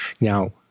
Now